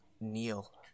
kneel